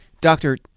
Doctor